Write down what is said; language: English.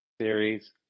series